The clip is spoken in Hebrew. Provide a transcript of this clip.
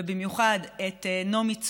ובייחוד את נעמי צור,